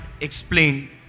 explain